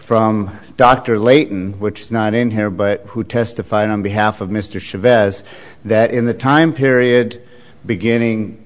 from dr layton which is not in here but who testified on behalf of mr chavez that in the time period beginning